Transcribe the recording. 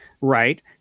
Right